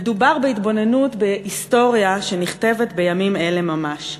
מדובר בהתבוננות בהיסטוריה שנכתבת בימים אלה ממש.